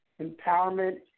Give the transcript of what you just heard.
empowerment